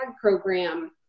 program